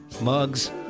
mugs